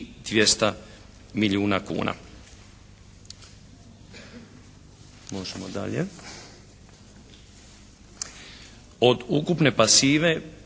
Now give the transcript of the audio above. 200 milijuna kuna. Možemo dalje. Od ukupne pasive